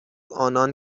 انان